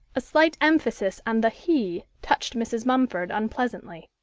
a slight emphasis on the he touched mrs. mumford unpleasantly.